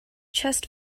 chest